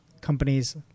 companies